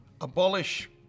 abolish